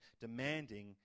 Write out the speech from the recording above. demanding